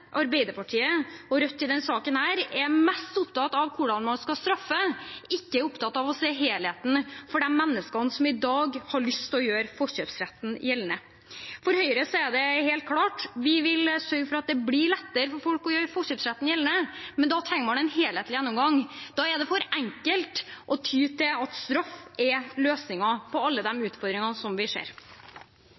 Arbeiderpartiet og Rødt i denne saken er mest opptatt av hvordan man skal straffe, ikke av å se helheten for de menneskene som i dag har lyst til å gjøre forkjøpsretten gjeldende. For Høyre er det helt klart: Vi vil sørge for at det blir lettere for folk å gjøre forkjøpsretten gjeldende, men da trenger man en helhetlig gjennomgang. Da er det for enkelt å ty til straff som løsningen på alle de utfordringene vi ser.